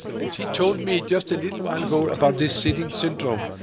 and she told me just a little while ago about this sitting syndrome.